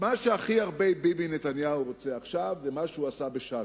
מה שביבי נתניהו הכי רוצה עכשיו זה מה שהוא עשה בשארם.